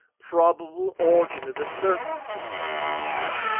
probable origin of the surface-features of mars.